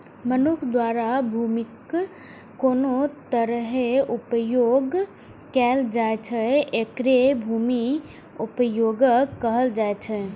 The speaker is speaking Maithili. मनुक्ख द्वारा भूमिक कोन तरहें उपयोग कैल जाइ छै, एकरे भूमि उपयोगक कहल जाइ छै